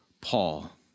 Paul